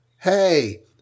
Hey